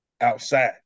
outside